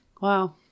wow